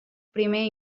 primer